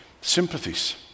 sympathies